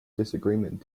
disagreement